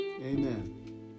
Amen